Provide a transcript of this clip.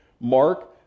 Mark